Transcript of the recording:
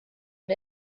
and